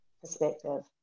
perspective